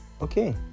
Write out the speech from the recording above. okay